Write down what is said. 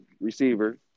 receiver